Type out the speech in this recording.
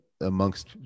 amongst